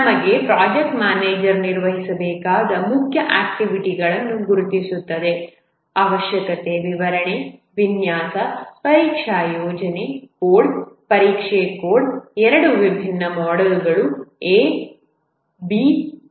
ನಮಗೆ project manager ನಿರ್ವಹಿಸಬೇಕಾದ ಮುಖ್ಯ ಆಕ್ಟಿವಿಟಿಗಳನ್ನು ಗುರುತಿಸುತ್ತದೆ ಅವಶ್ಯಕತೆ ವಿವರಣೆ ವಿನ್ಯಾಸ ಪರೀಕ್ಷಾ ಯೋಜನೆ ಕೋಡ್ ಪರೀಕ್ಷೆ ಕೋಡ್ ಎರಡು ವಿಭಿನ್ನ ಮಾಡ್ಯೂಲ್ಗಳು A B ಇತ್ಯಾದಿ